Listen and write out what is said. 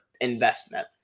investment